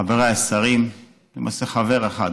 חבריי השרים, למעשה, חבר אחד,